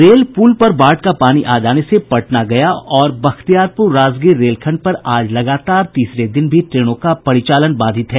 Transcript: rail पुल पर बाढ़ का पानी आ जाने से पटना गया तथा बख्तियारपुर राजगीर रेलखंड पर आज लगातार तीसरे दिन भी ट्रेनों का परिचालन बाधित है